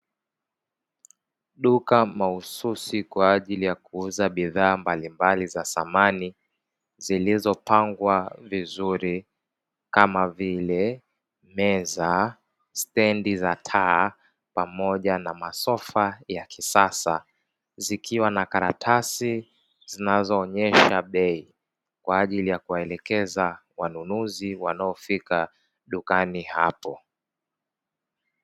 Duka mahususi kwa ajili ya kuuza bidhaa mbalimbali za samani zilizopangwa vizuri kama vile: meza, stendi za taa pamoja na masofa ya kisasa zikiwa na karatasi zinazoonyesha bei kwa ajili ya kuwaelekeza wanunuzi wanaofika dukani hapo.